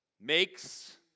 makes